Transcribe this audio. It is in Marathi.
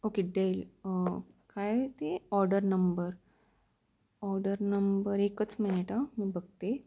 ओके डेल काय ते ऑर्डर नंबर ऑर्डर नंबर एकच मिनिट हां मी बघते